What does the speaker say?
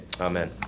Amen